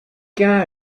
game